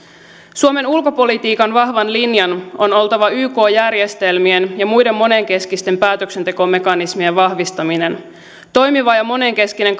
suomen ulkopolitiikan vahvan linjan on oltava yk järjestelmien ja muiden monenkeskisten päätöksentekomekanismien vahvistaminen toimiva ja monenkeskinen